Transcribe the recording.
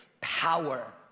power